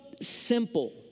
simple